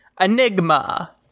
Enigma